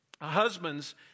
husbands